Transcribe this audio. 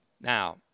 Now